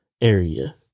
area